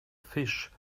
fish